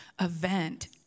event